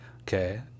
okay